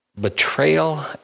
betrayal